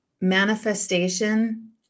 manifestation